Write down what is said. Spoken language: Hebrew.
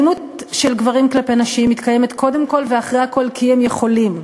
אלימות של גברים כלפי נשים מתקיימת קודם כול ואחרי הכול כי הם יכולים.